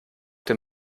dem